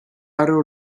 fhearadh